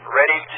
ready